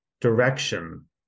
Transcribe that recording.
direction